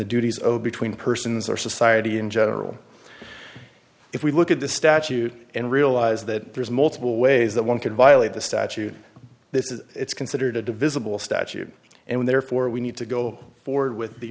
the duties of between persons or society in general if we look at the statute and realize that there's multiple ways that one could violate the statute this is it's considered a divisible statute and therefore we need to go forward with the